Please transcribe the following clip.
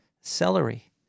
Celery